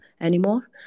anymore